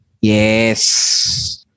Yes